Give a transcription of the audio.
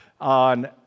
on